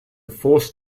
force